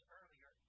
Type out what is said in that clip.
earlier